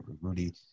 Rudy